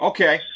Okay